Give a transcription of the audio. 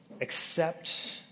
accept